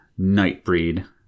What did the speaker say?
Nightbreed